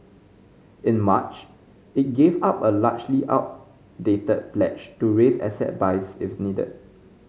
in March it gave up a largely outdated pledge to raise asset buys if needed